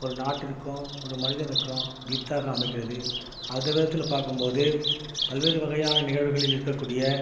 ஒரு நாட்டிற்கும் உள்ளே மனிதனுக்கு வித்தாக அமைகிறது அந்த விதத்தில் பார்க்கும் போது பல்வேறு வகையான நிகழ்வுகளில் இருக்கக்கூடிய